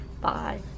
Bye